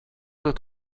oder